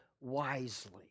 wisely